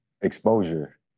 exposure